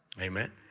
Amen